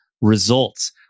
results